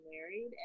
married